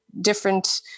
different